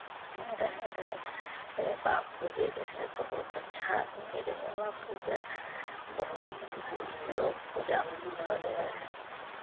नहि रहैत रहै तऽ बापू जे रहै बहुत अच्छा आदमी रहै बापूके बहुत लोक पूजा करैत रहै